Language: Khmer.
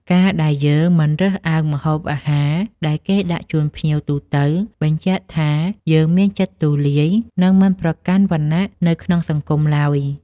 ការដែលយើងមិនរើសអើងម្ហូបអាហារដែលគេដាក់ជូនភ្ញៀវទូទៅ បញ្ជាក់ថាយើងមានចិត្តទូលាយ និងមិនប្រកាន់វណ្ណៈនៅក្នុងសង្គមឡើយ។